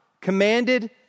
commanded